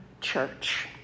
church